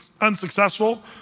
unsuccessful